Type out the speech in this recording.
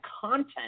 content